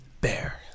Bear